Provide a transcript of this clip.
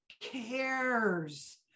cares